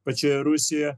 pačioje rusijoje